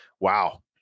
Wow